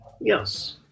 Yes